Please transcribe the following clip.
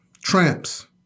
Tramps